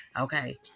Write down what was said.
Okay